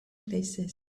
places